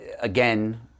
again